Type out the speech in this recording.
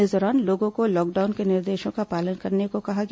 इस दौरान लोगों को लॉकडाउन के निर्देशों का पालन करने को कहा गया